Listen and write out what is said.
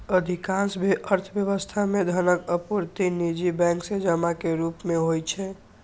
अधिकांश अर्थव्यवस्था मे धनक आपूर्ति निजी बैंक सं जमा के रूप मे होइ छै